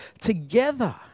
together